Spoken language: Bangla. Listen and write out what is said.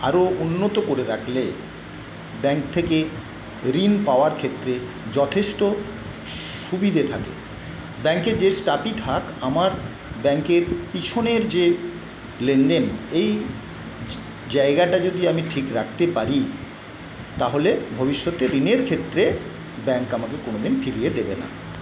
আরো উন্নত করে রাখলে ব্যাঙ্ক থেকে ঋণ পাওয়ার ক্ষেত্রে যথেষ্ট সুবিধে থাকে ব্যাঙ্কে যে স্টাফই থাক আমার ব্যাঙ্কের পিছনের যে লেনদেন এই জায়গাটা যদি আমি ঠিক রাখতে পারি তাহলে ভবিষ্যতে ঋণের ক্ষেত্রে ব্যাঙ্ক আমাকে কোনো দিন ফিরিয়ে দেবে না